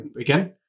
again